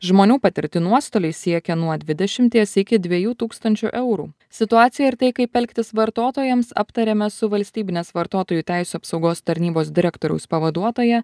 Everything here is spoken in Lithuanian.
žmonių patirti nuostoliai siekia nuo dvidešimties iki dviejų tūkstančių eurų situaciją ir tai kaip elgtis vartotojams aptarėme su valstybinės vartotojų teisių apsaugos tarnybos direktoriaus pavaduotoja